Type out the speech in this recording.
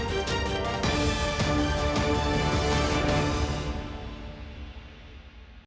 Дякую.